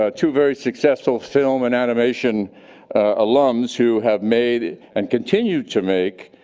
ah two very successful film and animation alums who have made, and continue to make,